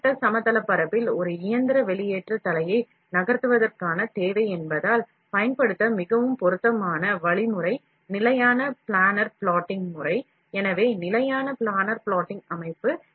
கிடைமட்ட சமதளப் பரப்பில் ஒரு இயந்திர வெளியேற்ற தலையை நகர்த்துவதற்கான தேவை என்பதால் பயன்படுத்த மிகவும் பொருத்தமான வழிமுறை நிலையான பிளானர் plotting முறை எனவே நிலையான பிளானர் plotting அமைப்பு